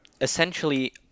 essentially